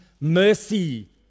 mercy